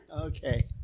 Okay